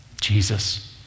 Jesus